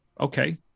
okay